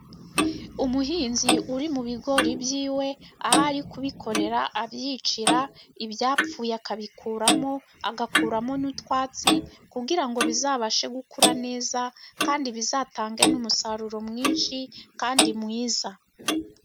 Umuhinzi uri mu bigori byiwe ahari kubikorera, abyicira, ibyapfuye akabikuramo, agakuramo n'utwatsi kugira ngo bizabashe gukura neza, kandi bizatange n'umusaruro mwinshi kandi mwiza.